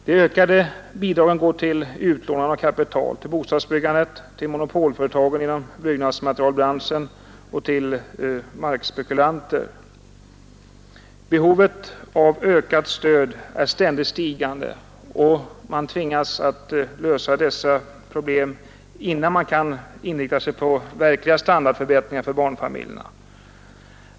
De ökade bidragen går till utlånarna av kapital till bostadsbyggandet, till monopolföretagen inom byggnadsmaterielbranschen och till markspekulanter. Behovet av ökat stöd är ständigt stigande, och man tvingas därför att lösa dessa problem innan man kan inrikta sig på verkliga standardförbättringar för barnfamiljerna.